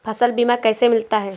फसल बीमा कैसे मिलता है?